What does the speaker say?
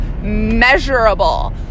measurable